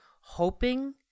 hoping